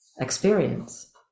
experience